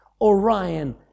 Orion